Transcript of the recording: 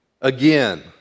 again